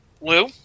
Lou